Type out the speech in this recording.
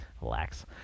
Relax